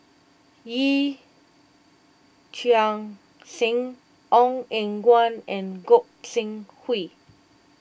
Yee Chia Hsing Ong Eng Guan and Gog Sing Hooi